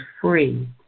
free